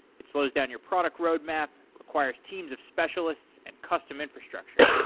it slows down your product roadmap, requires teams of specialists and custom infrastructure.